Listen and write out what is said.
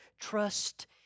trust